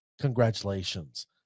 congratulations